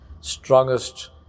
strongest